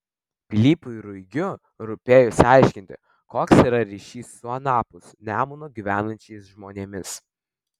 pilypui ruigiu rūpėjo išsiaiškinti koks yra ryšys su anapus nemuno gyvenančiais žmonėmis